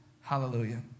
Hallelujah